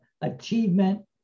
achievement